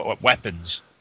weapons